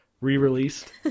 re-released